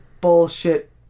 bullshit